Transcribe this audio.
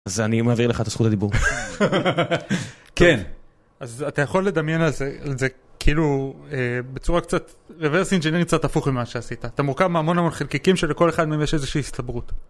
אז אני מעביר לך את הזכות הדיבור. כן. אז אתה יכול לדמיין על זה כאילו בצורה קצת reverse engineering קצת הפוך ממה שעשית. אתה מורכב מהמון המון חלקיקים שלכל אחד מהם יש איזושהי הסתברות.